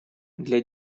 для